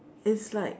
it's like